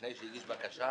לפני שהגיש בקשה?